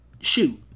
shoot